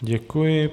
Děkuji.